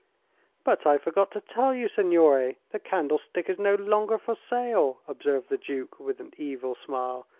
but i forgot to tell you, signore the candlestick is no longer for sale, observed the duke, with an evil smile.